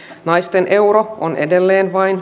naisten euro on edelleen vain